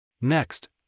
Next